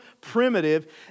primitive